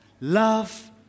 Love